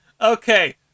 Okay